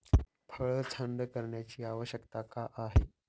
फळ थंड करण्याची आवश्यकता का आहे?